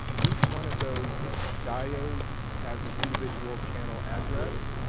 each one of those diodes has an individual channel address.